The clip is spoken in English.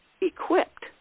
equipped